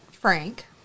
Frank